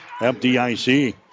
FDIC